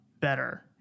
better